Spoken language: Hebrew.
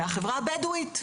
מהחברה הבדואית,